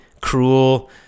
cruel